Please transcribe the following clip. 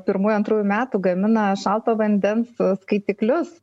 pirmųjų antrųjų metų gamina šalto vandens skaitiklius